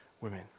women